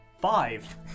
Five